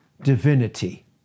divinity